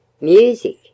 Music